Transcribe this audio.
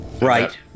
right